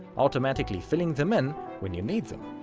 automatically filling them in when you need them.